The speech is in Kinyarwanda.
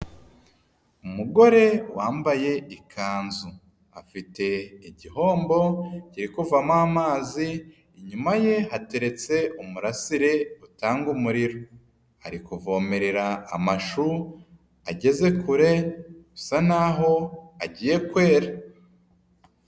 Umugore wambaye ikanzu. Afite igihombo kiri kuvamo amazi, inyuma ye hateretse umurasire utanga umuriro. Ari kuvomerera amashu ageze kure bisa naho agiye kwera.